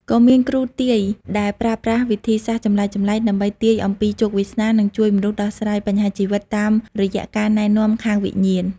ក៏មាន គ្រូទាយ ដែលប្រើប្រាស់វិធីសាស្ត្រចម្លែកៗដើម្បីទាយអំពីជោគវាសនា និងជួយមនុស្សដោះស្រាយបញ្ហាជីវិតតាមរយៈការណែនាំខាងវិញ្ញាណ។